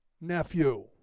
nephew